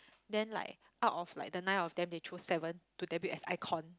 then like out of like the nine of them they choose seven to debut as iKon